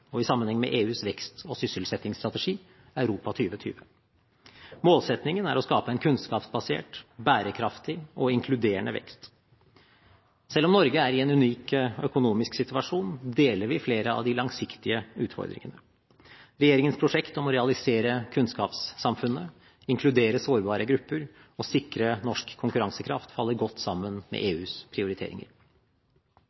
og i sammenheng med EUs vekst- og sysselsettingsstrategi, Europa 2020. Målsettingen er å skape en kunnskapsbasert, bærekraftig og inkluderende vekst. Selv om Norge er i en unik økonomisk situasjon, deler vi flere av de langsiktige utfordringene. Regjeringens prosjekt om å realisere kunnskapssamfunnet, inkludere sårbare grupper og sikre norsk konkurransekraft faller godt sammen med